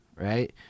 right